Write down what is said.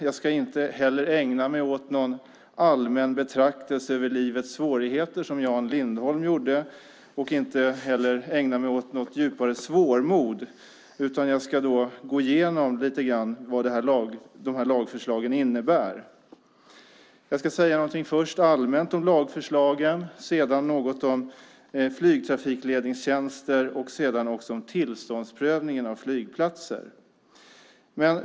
Jag ska inte heller ägna mig åt någon allmän betraktelse över livets svårigheter som Jan Lindholm gjorde och inte heller ägna mig åt något djupare svårmod. Jag ska i stället gå igenom lite grann vad de här lagförslagen innebär - först något allmänt om lagförslagen, sedan något om flygtrafikledningstjänster och sedan något om tillståndsprövningen av flygplatser.